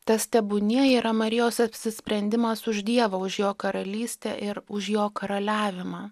tas tebūnie yra marijos apsisprendimas už dievą už jo karalystę ir už jo karaliavimą